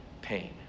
pain